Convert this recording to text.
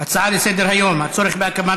הצעה לסדר-היום מס' 8639: הצורך בהקמת